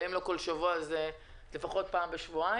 ואם לא בכל שבוע אז לפחות פעם בשבועיים,